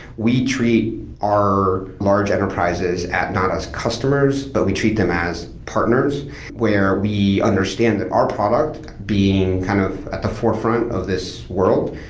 we treat our large enterprises not as customers, but we treat them as partners where we understand that our product being kind of at the forefront of this world,